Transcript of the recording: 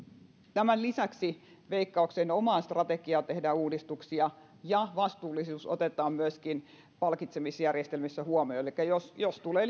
tämän lisäksi veikkauksen omaan strategiaan tehdään uudistuksia ja vastuullisuus otetaan myöskin palkitsemisjärjestelmissä huomioon elikkä jos jos tulee